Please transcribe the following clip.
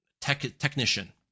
technician